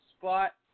spot